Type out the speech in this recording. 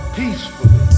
peacefully